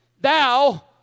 Thou